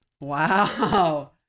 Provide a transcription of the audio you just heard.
Wow